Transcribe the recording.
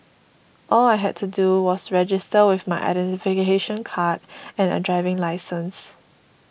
all I had to do was register with my identification card and a driving licence